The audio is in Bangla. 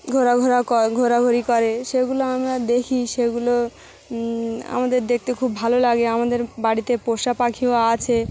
ঘোরাঘোরা ক ঘোরাঘুরি করে সেগুলো আমরা দেখি সেগুলো আমাদের দেখতে খুব ভালো লাগে আমাদের বাড়িতে পোষা পাখিও আছে